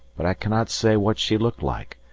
but i cannot say what she looked like,